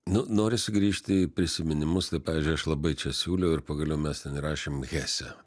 nu norisi grįžti į prisiminimus tai pavyzdžiui aš labai čia siūliau ir pagaliau mes ten įrašėm hesę